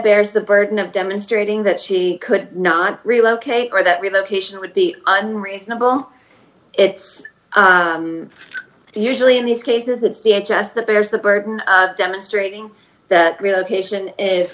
bears the burden of demonstrating that she could not relocate or that relocation would be reasonable it's usually in these cases it's the h s that bears the burden of demonstrating that relocation i